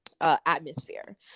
atmosphere